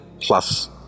plus